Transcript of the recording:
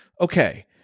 Okay